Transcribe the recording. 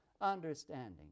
understanding